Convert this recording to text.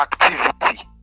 activity